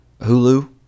Hulu